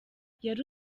yari